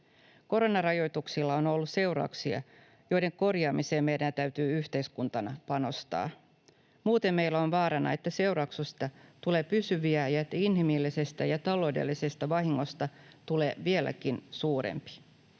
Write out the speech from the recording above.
Koronarajoituksilla on ollut seurauksia, joiden korjaamiseen meidän täytyy yhteiskuntana panostaa. Muuten meillä on vaarana, että seurauksista tulee pysyviä ja että inhimillisestä ja taloudellisesta vahingosta tulee vieläkin suurempi.